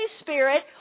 Spirit